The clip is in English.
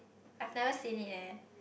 I've never seen it leh